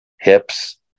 hips